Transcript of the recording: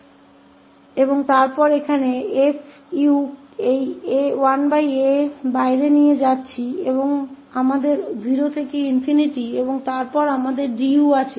और फिर हमारे पास यहाँ 𝑓𝑢 है 1a को बाहर ले जाते है हमारे पास 0 से ∞ है और फिर हमारे पास 𝑑𝑢 है